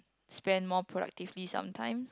spent more productively sometimes